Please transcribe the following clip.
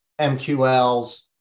MQLs